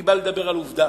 אני בא לדבר על עובדה: